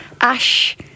Ash